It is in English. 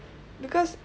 because